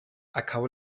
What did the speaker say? acabó